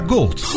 Gold